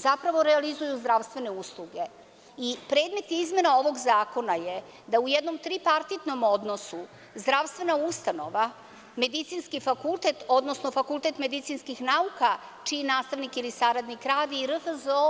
Zapravo realizuju zdravstvene usluge i predmet izmena ovog zakona je da u jednom tripartitnom odnosu zdravstvena ustanova, medicinski fakultet, odnosno fakultet medicinskih nauka čiji nastavnik ili saradnik radi i RFZO